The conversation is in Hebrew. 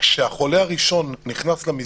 כשהחולה הראשון נכנס למסגרת,